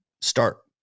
start